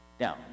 Now